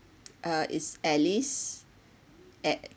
uh it's alice at